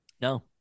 No